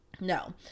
No